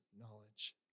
knowledge